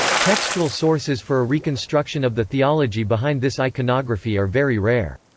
textual sources for a reconstruction of the theology behind this iconography are very rare.